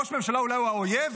אולי ראש הממשלה הוא האויב?